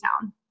town